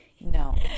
No